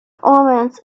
omens